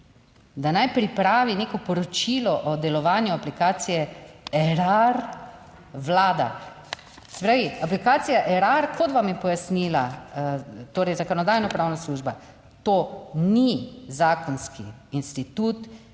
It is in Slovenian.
da naj pripravi neko poročilo o delovanju aplikacije Erar vlada. Se pravi aplikacija Erar, kot vam je pojasnila. Torej Zakonodajno-pravna služba, to ni zakonski institut